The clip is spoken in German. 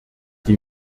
die